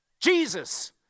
Jesus